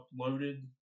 uploaded